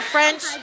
French